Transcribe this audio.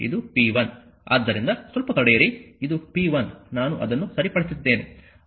ಆದ್ದರಿಂದ ಸ್ವಲ್ಪ ತಡೆಯಿರಿ ಇದು p1 ನಾನು ಅದನ್ನು ಸರಿಪಡಿಸಿದ್ದೇನೆ